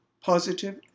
positive